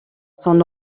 son